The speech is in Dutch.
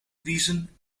wiezen